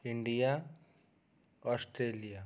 India Australia